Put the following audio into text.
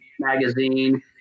Magazine